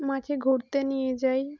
মাঠে ঘুরতে নিয়ে যাই